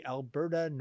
Alberta